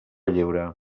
lliure